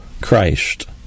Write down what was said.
Christ